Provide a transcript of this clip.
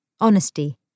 honesty